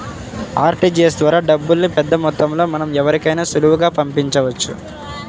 RTGS ద్వారా డబ్బుల్ని పెద్దమొత్తంలో మనం ఎవరికైనా సులువుగా పంపించవచ్చు